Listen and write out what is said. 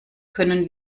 können